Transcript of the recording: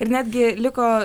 ir netgi liko